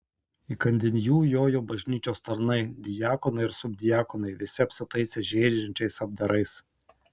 įkandin jų jojo bažnyčios tarnai diakonai ir subdiakonai visi apsitaisę žėrinčiais apdarais